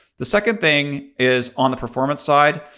the second thing is, on the performance side